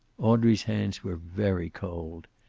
audrey's hands were very cold.